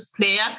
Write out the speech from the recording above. player